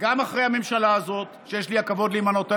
גם אחרי הממשלה הזאת, שיש לי הכבוד להימנות עימה,